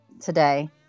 today